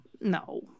no